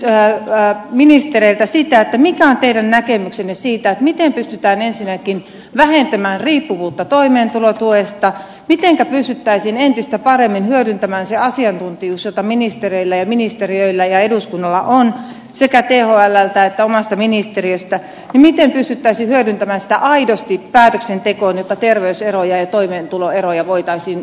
kysyisin ministereiltä sitä mikä on teidän näkemyksenne siitä miten pystytään ensinnäkin vähentämään riippuvuutta toimeentulotuesta mitenkä pystyttäisiin entistä paremmin hyödyntämään se asiantuntijuus jota ministereillä ja ministeriöillä ja eduskunnalla on sekä thlltä että omasta ministeriöstä ja miten pystyttäisiin hyödyntämään sitä aidosti päätöksentekoon jotta terveyseroja ja toimeentuloeroja voitaisiin vähentää